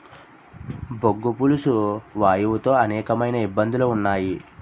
బొగ్గు పులుసు వాయువు తో అనేకమైన ఇబ్బందులు ఉన్నాయి